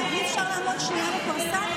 אי-אפשר לעמוד שנייה בפרסה?